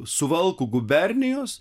suvalkų gubernijos